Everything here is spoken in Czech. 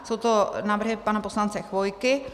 Jsou to návrhy pana poslance Chvojky.